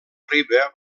riba